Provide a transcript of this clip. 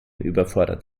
überfordert